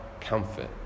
comfort